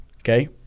Okay